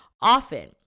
often